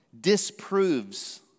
disproves